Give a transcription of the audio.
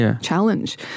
challenge